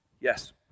Yes